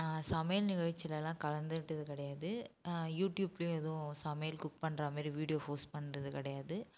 நான் சமையல் நிகழ்ச்சிலல்லாம் கலந்துக்கிட்டது கிடையாது யூடியூப்லையும் எதுவும் சமையல் குக் பண்ணுற மாதிரி வீடியோ போஸ்ட் பண்ணுறது கிடையாது